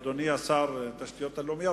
אדוני שר התשתיות הלאומיות,